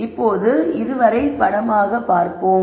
இப்போது இதை வரை படமாக பார்ப்போம்